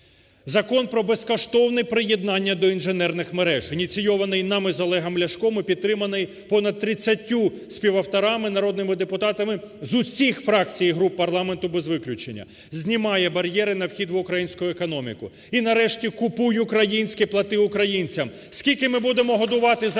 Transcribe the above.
Закон про безкоштовне приєднання до інженерних мереж, ініційований нами з Олегом Ляшком і підтриманий понад 30 співавторами - народними депутатами з усіх фракцій і груп парламенту без виключення, знімає бар'єри на вхід в українську економіку. І, нарешті, "Купуй українське, плати українцям". Скільки ми будемо годувати закордонних